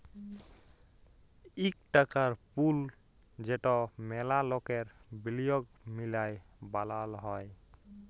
ইক টাকার পুল যেট ম্যালা লকের বিলিয়গ মিলায় বালাল হ্যয়